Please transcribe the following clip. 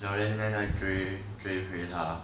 ya then then I I 追回他